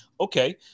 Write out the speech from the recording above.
Okay